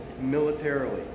militarily